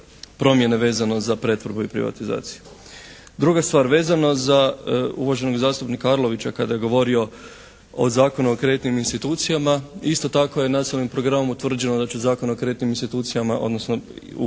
promjene vezano za pretvorbu i privatizaciju. Druga stvar, vezano za uvaženog zastupnika Arlovića kada je govorio o Zakonu o kreditnim institucijama isto tako je nacionalnim programom utvrđeno da će Zakon o kreditnim institucijama, odnosno u